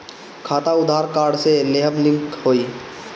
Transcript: खाता आधार कार्ड से लेहम लिंक होई?